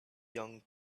young